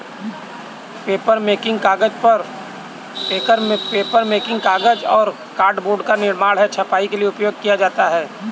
papermaking कागज और cardboard का निर्माण है छपाई के लिए उपयोग किया जाता है